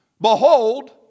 Behold